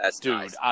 dude